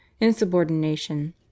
insubordination